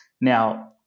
now